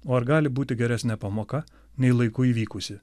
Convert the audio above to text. o ar gali būti geresnė pamoka nei laiku įvykusi